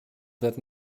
that